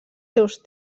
seus